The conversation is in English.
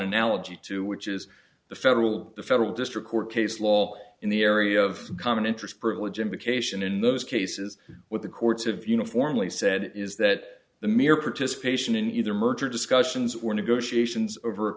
analogy to which is the federal the federal district court case law in the area of common interest privilege implication in those cases where the courts have uniformly said is that the mere participation in either merger discussions or negotiations over a